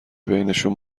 بینشون